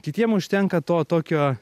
kitiem užtenka to tokio